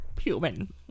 human